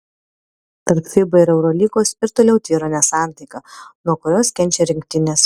tarp fiba ir eurolygos ir toliau tvyro nesantaika nuo kurios kenčia rinktinės